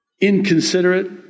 inconsiderate